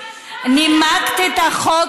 כשנימקת את החוק,